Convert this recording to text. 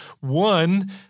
one